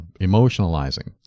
emotionalizing